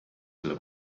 selle